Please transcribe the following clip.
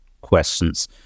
questions